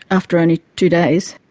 after only two days.